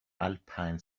alpine